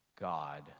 God